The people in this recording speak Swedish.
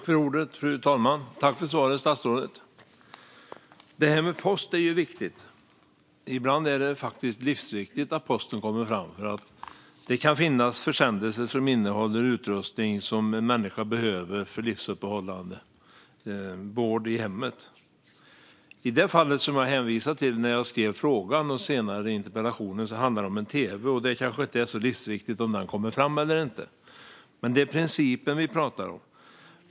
Fru talman! Tack för svaret, statsrådet! Det här med post är viktigt. Ibland är det faktiskt livsviktigt att posten kommer fram, eftersom det kan finnas försändelser som innehåller utrustning som en människa behöver för livsuppehållande vård i hemmet. I det fall som jag hänvisade till när jag skrev frågan och senare interpellationen handlar det om en tv. Det är kanske inte så livsviktigt om den kommer fram eller inte. Men det är principen vi pratar om.